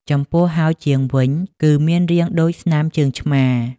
ចំពោះហោជាងវិញ គឺមានរាងដូចស្នាមជើងឆ្មា។